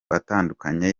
atandukanye